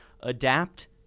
adapt